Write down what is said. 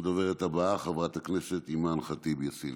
הדוברת הבאה, חברת הכנסת אימאן ח'טיב יאסין.